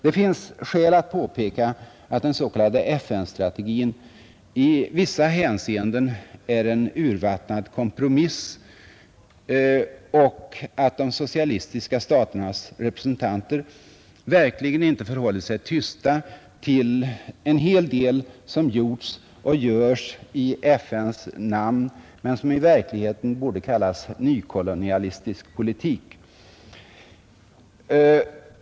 Det finns skäl att påpeka att den s.k. FN-strategin i vissa hänseenden är en urvattnad kompromiss och att de socialistiska staternas representanter verkligen inte förhållit sig tysta inför en hel del som gjort och görs i FN:s namn men som i verkligheten borde kallas nykolonialistisk politik.